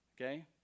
Okay